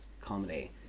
Comedy